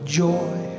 joy